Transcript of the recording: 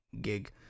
gig